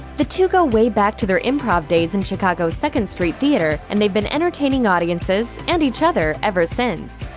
the two go way back to their improv days in chicago's second street theater and they've been entertaining audiences, and each other, ever since.